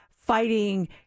fighting